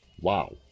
wow